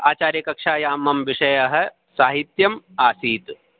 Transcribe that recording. आचार्यकक्ष्यायां मम विषयः साहित्यम् आसीत्